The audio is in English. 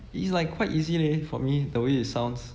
is like quite easy leh for me the way it sounds